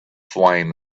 flame